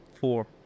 Four